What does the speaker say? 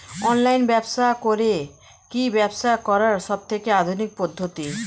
Online ব্যবসা করে কি ব্যবসা করার সবথেকে আধুনিক পদ্ধতি?